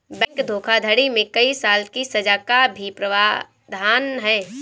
bank धोखाधड़ी में कई साल की सज़ा का भी प्रावधान है